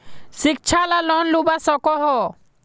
शिक्षा ला लोन लुबा सकोहो?